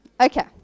Okay